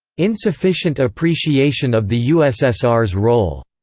insufficient appreciation of the ussr's role,